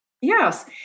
Yes